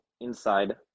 inside